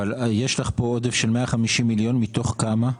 אבל יש לך פה עודף של 150 מיליון מתוך כמה?